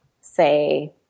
say –